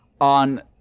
on